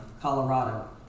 Colorado